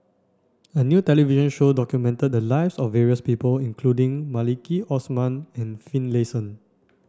a new television show documented the lives of various people including Maliki Osman and Finlayson